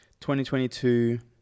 2022